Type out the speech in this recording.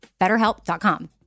BetterHelp.com